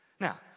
Now